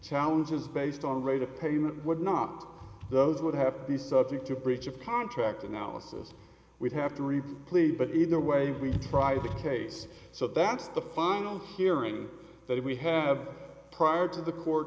challenges based on rate of payment would not those would have to be subject to breach of contract analysis we'd have to read please but either way we drive the case so that's the final hearing that we have prior to the court